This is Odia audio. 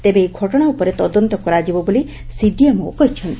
ତେବେ ଏହି ଘଟଣା ଉପରେ ତଦନ୍ତ କରାଯିବ ବୋଲି ସିଡିଏମ୍ଓ କହିଛନ୍ତି